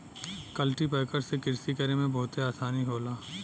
cultipacker से कृषि करे में बहुते आसानी होला